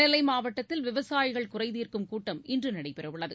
நெல்லைமாவட்டத்தில் விவசாயிகள் குறைதீர்க்கும் கூட்டம் இன்றுநடைபெறவுள்ளது